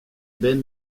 ben